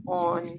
on